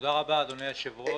תודה רבה, אדוני היושב-ראש.